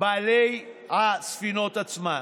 בעלי הספינות עצמן.